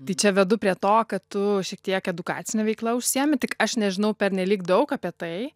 tai čia vedu prie to kad tu šiek tiek edukacine veikla užsiemi tik aš nežinau pernelyg daug apie tai